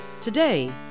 Today